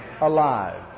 alive